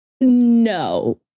No